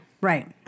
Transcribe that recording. Right